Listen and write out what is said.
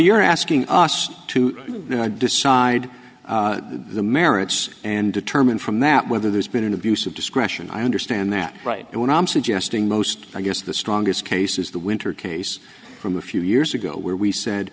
you're asking us to decide the merits and determine from that whether there's been an abuse of discretion i understand that right and what i'm suggesting most i guess the strongest case is the winter case from a few years ago where we said